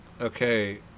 Okay